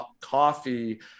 coffee